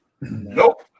Nope